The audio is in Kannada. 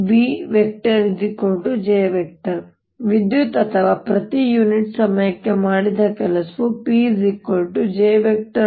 ಆದ್ದರಿಂದ ವಿದ್ಯುತ್ ಅಥವಾ ಪ್ರತಿ ಯುನಿಟ್ ಸಮಯಕ್ಕೆ ಮಾಡಿದ ಕೆಲಸವು Pj